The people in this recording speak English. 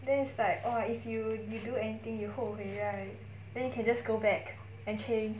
then is like orh if you if you do anything you 后悔 right then you can just go back and change